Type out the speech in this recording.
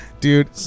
Dude